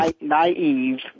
naive